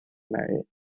marriage